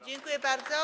Dziękuję bardzo.